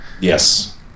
Yes